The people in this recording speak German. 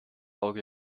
auge